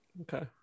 Okay